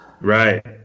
right